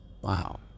Wow